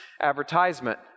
advertisement